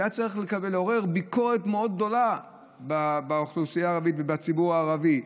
שהיה צריך לעורר ביקורת מאוד גדולה באוכלוסייה הערבית ובציבור הערבי,